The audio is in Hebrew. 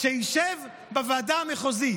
כשישב בוועדה המחוזית,